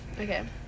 okay